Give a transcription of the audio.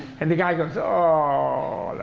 and the guy goes, ah oh.